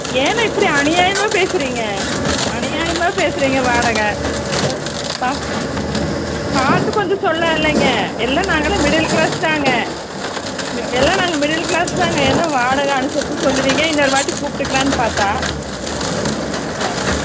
ஏண்ணா இப்படி அநியாயமாக பேசுகிறிங்க அநியாயமாக பேசுகிறிங்க வாடகை ஒரு பா பார்த்து கொஞ்சம் சொல்லுலாம் இல்லைங்க எல்லாம் நாங்களெலாம் மிடில் க்ளாஸ்தாங்க மி எல்லாம் நாங்கள் மிடில் க்ளாஸ்தாங்க என்ன வாடகை அனுசரிச்சு சொல்லுவிங்க இன்னொரு வாட்டி கூப்பிட்டுக்கலான்னு பார்த்தா ம் ஆ